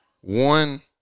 one